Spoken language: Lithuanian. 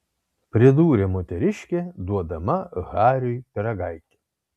pridūrė moteriškė duodama hariui pyragaitį